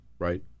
Right